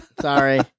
sorry